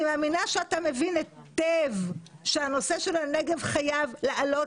אני מאמינה שאתה מבין היטב שהנושא של הנגב חייב לעלות